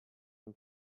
him